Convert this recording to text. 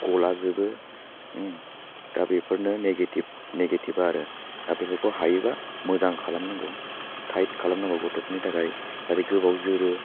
गलाजोबो दा बेफोरनो negative negative आरो दा बेफोरखौ हायोबा मोजां खालामनांगौ टाइट खालामनांगौ गथ'फोदनि थाखाय जाहाथे गोबाव जोरो